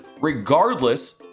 regardless